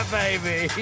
baby